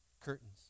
curtains